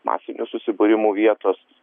masinių susibūrimų vietos